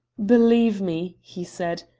believe me, he said,